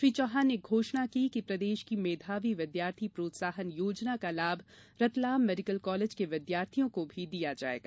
श्री चौहान ने घोषणा की कि प्रदेश की मेधावी विद्यार्थी प्रोत्साहन योजना का लाभ रतलाम मेडिकल कॉलेज के विद्यार्थियों को भी दिया जायेगा